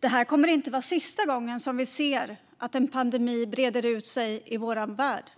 Det här kommer inte att vara sista gången vi ser att en pandemi breder ut sig i vår värld,